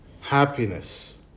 happiness